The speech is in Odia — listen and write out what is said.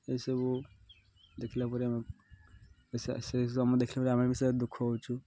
ଏସବୁ ଦେଖିଲା ପରେ ଆମେ ଆମ ଦେଖିଲା ପରେ ଆମେ ବି ସେ ଦୁଃଖ ହେଉଛୁ